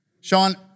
Sean